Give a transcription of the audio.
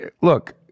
look